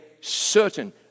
certain